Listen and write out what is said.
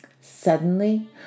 Suddenly